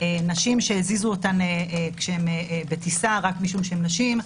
נשים שהזיזו אותן בטיסה רק משום שהן נשים,